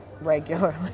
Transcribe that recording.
Regularly